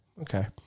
Okay